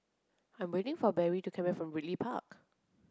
I'm waiting for Berry to come back from Ridley Park